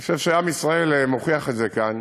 אני חושב שעם ישראל מוכיח את זה כאן